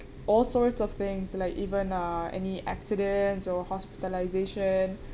all sorts of things like even uh any accidents or hospitalisation